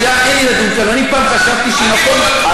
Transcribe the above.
טוב, חבר הכנסת שטרן, תודה רבה.